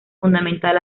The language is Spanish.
fundamental